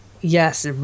yes